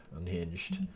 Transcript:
Unhinged